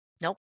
Nope